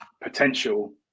potential